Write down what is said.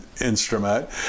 instrument